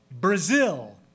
Brazil